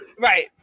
Right